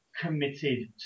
committed